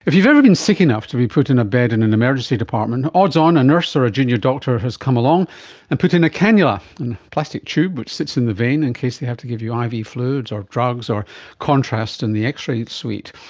if you've ever been sick enough to be put in a bed in an emergency department, odds on a nurse or a junior doctor has come along and put in a cannula, and a plastic tube which sits in the vein in case they have to give you iv fluids or drugs or contrast in the x-ray suite.